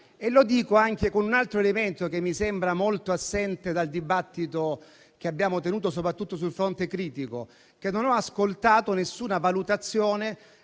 Lo dico anche con un altro elemento, che mi sembra molto assente dal dibattito che abbiamo tenuto, soprattutto sul fronte critico. Non ho ascoltato nessuna valutazione,